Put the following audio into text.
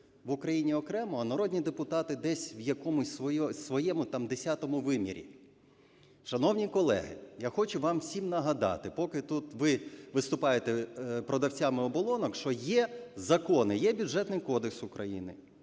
в Україні окремо, а народні депутати десь в якомусь своєму там десятому вимірі. Шановні колеги, я хочу вам усім нагадати, поки тут ви виступаєте продавцями оболонок, що є закони: є Бюджетний кодекс України,